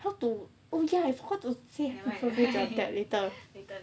how to oh ya I forgot how to the tap later